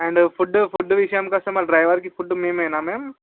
and food food విషయంకి వస్తే మా డ్రైవర్కి ఫుడ్డు మేమేనా మామ్